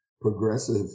progressive